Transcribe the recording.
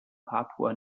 papua